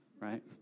right